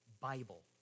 Bible